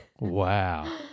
Wow